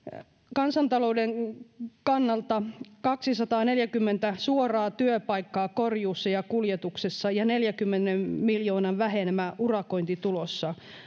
kansantalouden kannalta kaksisataaneljäkymmentä suoraa työpaikkaa korjuussa ja kuljetuksessa ja neljänkymmenen miljoonan vähenemä urakointituloissa